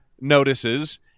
notices